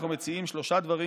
אנחנו מציעים שלושה דברים,